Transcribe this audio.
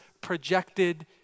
projected